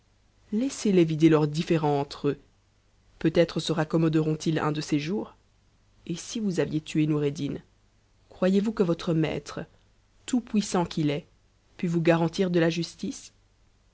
vizir laissez-les vider le différend entre eux peut-être se racommoderont ils un de ces jours c si vous aviez tué noureddin croyez-vous que votre maître tout pu ssam qu'il est pût vous garantir de la justice